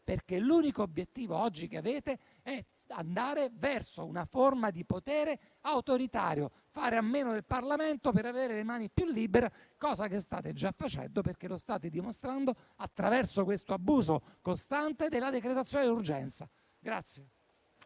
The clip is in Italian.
perché l'unico obiettivo oggi che avete è andare verso una forma di potere autoritario: fare a meno del Parlamento per avere le mani più libere, cosa che state già facendo, perché lo state dimostrando attraverso questo abuso costante della decretazione d'urgenza.